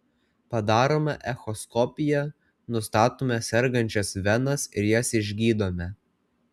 padarome echoskopiją nustatome sergančias venas ir jas išgydome